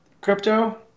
crypto